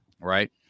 Right